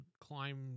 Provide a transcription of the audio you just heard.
climb